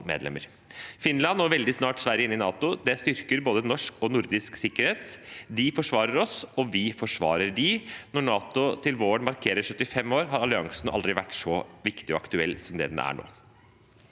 Finland – og veldig snart Sverige – inn i NATO styrker både norsk og nordisk sikkerhet. De forsvarer oss, og vi forsvarer dem. Når NATO til våren markerer 75 år, har alliansen aldri vært så viktig og aktuell som det den er nå.